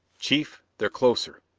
chief, they're closer!